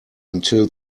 until